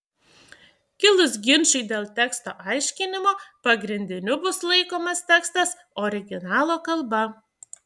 kilus ginčui dėl teksto aiškinimo pagrindiniu bus laikomas tekstas originalo kalba